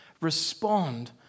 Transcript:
respond